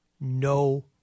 No